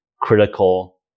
critical